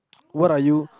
what are you